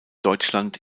deutschland